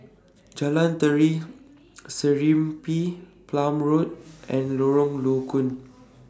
Jalan Tari Serimpi Palm Road and Lorong Low Koon